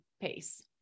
pace